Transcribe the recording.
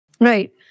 Right